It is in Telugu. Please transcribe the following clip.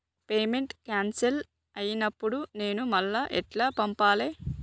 పేమెంట్ క్యాన్సిల్ అయినపుడు నేను మళ్ళా ఎట్ల పంపాలే?